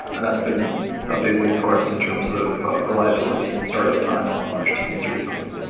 and that's been a big win for us in terms of reliability and startup time on large teams recently.